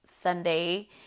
Sunday